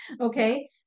Okay